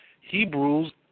Hebrews